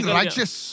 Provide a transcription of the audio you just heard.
righteous